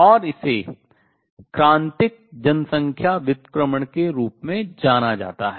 और इसे क्रांतिक जनसँख्या व्युत्क्रमण के रूप में जाना जाता है